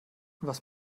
was